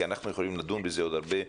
כי אנחנו יכולים לדון בזה עוד הרבה,